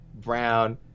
Brown